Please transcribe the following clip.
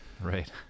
Right